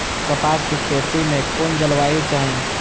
कपास के खेती में कुन जलवायु चाही?